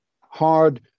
hard